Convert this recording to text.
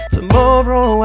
Tomorrow